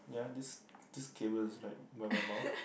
ya this this cable is like by my mouth